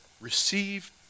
receive